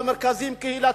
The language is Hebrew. במרכזים קהילתיים,